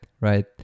right